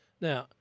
Now –